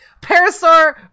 Parasaur